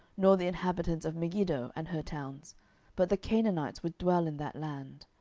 nor the inhabitants of megiddo and her towns but the canaanites would dwell in that land.